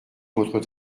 votre